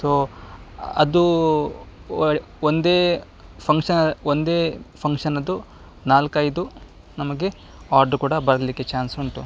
so ಅದು ಒಂದೇ function ಒಂದೇ ಫಂಕ್ಷನ್ನದ್ದು ನಾಲ್ಕೈದು ನಮಗೆ ಆರ್ಡ್ರ್ ಕೂಡ ಬರಲಿಕ್ಕೆ ಚಾನ್ಸ್ ಉಂಟು